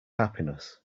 happiness